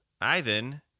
Ivan